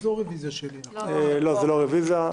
הרביזיה לא התקבלה.